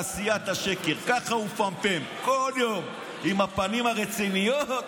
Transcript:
ככה הוא מפמפם בכל יום עם הפנים הרציניות,